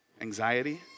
Anxiety